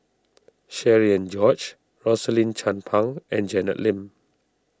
Cherian George Rosaline Chan Pang and Janet Lim